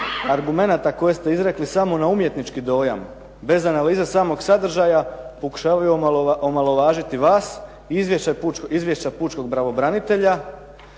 argumenata koje ste izrekli samo na umjetnički dojam, bez analize samog sadržaja, pokušavaju omalovažiti vas i izvješća pučkog pravobranitelja